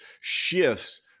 shifts